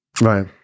Right